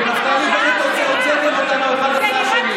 עם נפתלי בנט הוצאתם אותנו אחד אחרי השני.